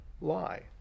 lie